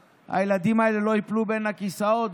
והילדים האלה לא ייפלו בין הכיסאות.